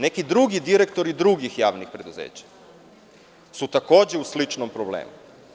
Neki drugi direktori drugih javnih preduzeća su takođe u sličnom problemu.